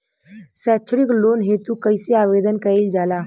सैक्षणिक लोन हेतु कइसे आवेदन कइल जाला?